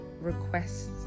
requests